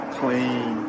clean